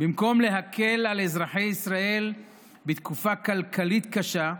במקום להקל על אזרחי ישראל בתקופה כלכלית קשה,